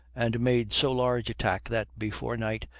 and made so large a tack that before night,